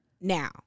Now